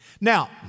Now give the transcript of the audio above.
Now